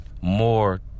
more